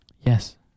Yes